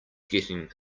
getting